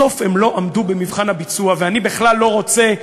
בסוף לא עמדו במבחן הביצוע, ואני בכלל לא רוצה,